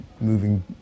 moving